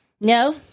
No